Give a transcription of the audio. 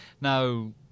Now